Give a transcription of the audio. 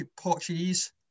portuguese